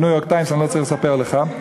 ב"ניו-יורק טיימס" אני לא צריך לספר לך,